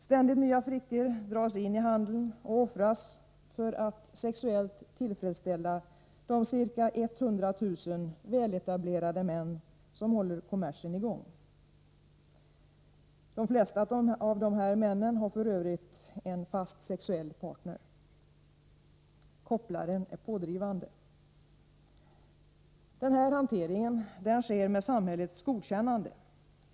Ständigt dras nya flickor in i handeln och offras för att sexuellt tillfredsställa de ca 100 000 väletablerade män som håller kommersen i gång. De flesta av dessa män har f.ö. en fast sexuell partner. Kopplaren är pådrivande. Denna hantering sker med samhällets godkännande.